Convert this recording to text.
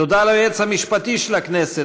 תודה ליועץ המשפטי של הכנסת